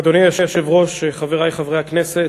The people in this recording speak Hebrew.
אדוני היושב-ראש, חברי חברי הכנסת,